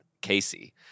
Casey